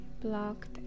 blocked